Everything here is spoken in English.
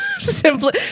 Simply